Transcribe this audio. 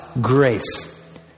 grace